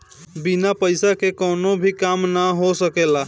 बिना पईसा के कवनो भी काम ना हो सकेला